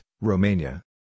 Romania